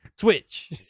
Switch